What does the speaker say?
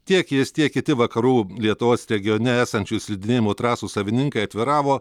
tiek jis tiek kiti vakarų lietuvos regione esančių slidinėjimo trasų savininkai atviravo